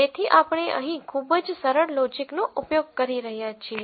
તેથી આપણે અહીં ખૂબ જ સરળ લૉજિકનો ઉપયોગ કરી રહ્યા છીએ